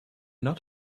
not